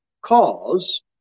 cause